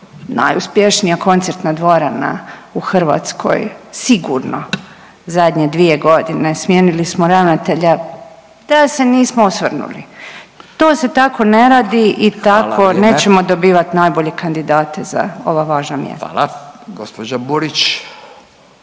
Najuspješnija koncertna dvorana u Hrvatskoj sigurno zadnje dvije godine smijenili smo ravnatelja da se nismo osvrnuli. To se tako ne radi i tako nećemo …/Upadica Radin: Hvala vrijeme./… dobivat najbolje kandidate za ova važna mjesta. **Radin, Furio